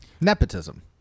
nepotism